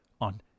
on